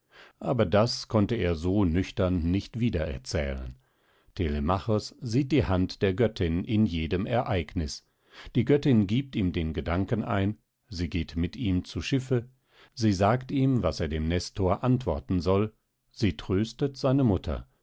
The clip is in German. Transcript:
aber das konnte er so nüchtern nicht wieder erzählen telemachos sieht die hand der göttin in jedem ereignis die göttin giebt ihm den gedanken ein sie geht mit ihm zu schiffe sie sagt ihm was er dem nestor antworten soll sie tröstet seine mutter